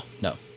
no